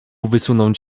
wysunąć